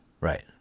Right